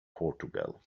portugal